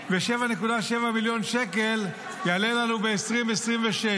ו-7.7 מיליון שקלים זה יעלה לנו ב-2026,